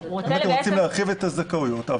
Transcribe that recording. אתם רוצים להרחיב את הזכאויות.